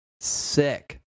sick